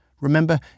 Remember